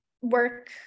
work